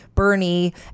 Bernie